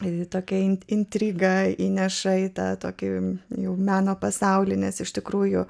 intrigą įneša jau meno pasaulyje nes iš tikrųjų